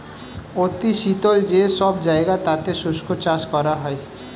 অতি শীতল যে সব জায়গা তাতে শুষ্ক চাষ করা হয়